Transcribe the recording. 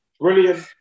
Brilliant